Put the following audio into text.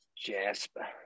Jasper